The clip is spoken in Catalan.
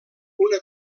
una